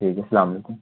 ٹھیک ہے اسلام علیکم